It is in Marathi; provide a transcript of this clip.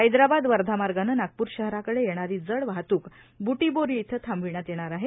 हैदराबाद वर्धा मार्गानं नागपूर शहराकडं येणारी जड वाहतूक बुटीबोरी इथं थांबविण्यात येणार आहे